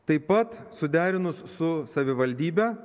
taip pat suderinus su savivaldybe